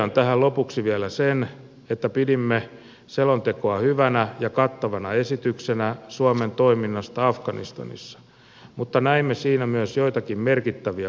totean tähän lopuksi vielä sen että pidimme selontekoa hyvänä ja kattavana esityksenä suomen toiminnasta afganistanissa mutta näimme siinä myös joitakin merkittäviä puutteita